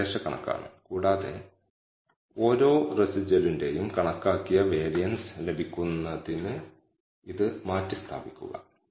നിങ്ങൾക്ക് CI എന്നും അറിയപ്പെടുന്ന 95 ശതമാനം കോൺഫിഡൻസ് ഇന്റർവെൽ വേണമെങ്കിൽ അത് രണ്ട് വശങ്ങളുള്ളതാണ് കാരണം അത് ഈ കണക്കാക്കിയ മൂല്യത്തിന്റെ ഇടതുവശത്തോ കണക്കാക്കിയ മൂല്യത്തിന്റെ വലതുവശത്തോ ആകാം